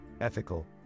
ethical